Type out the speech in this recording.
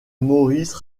maurice